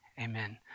Amen